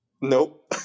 Nope